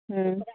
हुँ